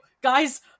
Guys